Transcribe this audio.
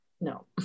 No